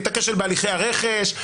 את הכשל בהליכי הרכש,